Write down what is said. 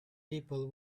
people